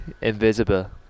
invisible